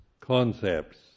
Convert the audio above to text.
concepts